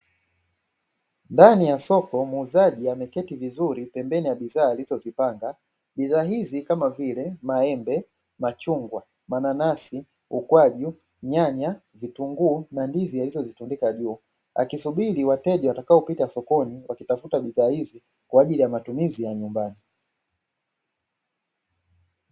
ndani ya soko muuzaji ameketi vizuri pembeni ya bidhaa alizozipanda ni za hizi kama vile maembe machungwa mananasi ukwaju nyanya vitunguu na ndivyo alizozitumika juu akisubiri wateja watakaopita sokoni wakitafuta bidhaa hizi kwa ajili ya matumizi ya nyumbani